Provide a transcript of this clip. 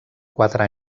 quatre